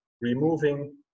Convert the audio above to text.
removing